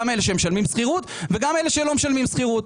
גם אתה שמשלמים שכירות וגם אלה שלא משלמים שכירות.